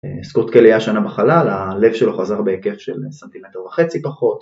סקוט קלי היה שנה בחלל, הלב שלו חזר בהיקף של סנטימטר וחצי פחות